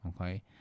okay